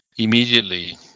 Immediately